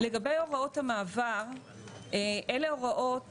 לגבי הוראות המעבר, אלה הוראות